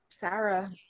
Sarah